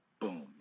Boom